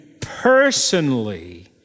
personally